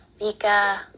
Vika